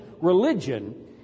Religion